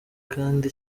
kandi